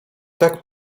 tak